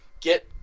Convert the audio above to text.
get